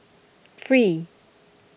three